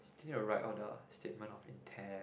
still need to write all the statement of intent